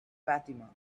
fatima